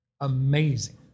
Amazing